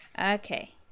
Okay